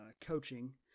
coaching